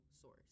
source